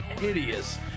hideous